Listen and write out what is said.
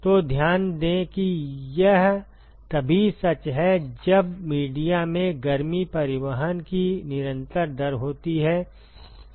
तो ध्यान दें कि यह तभी सच है जब मीडिया में गर्मी परिवहन की निरंतर दर होती है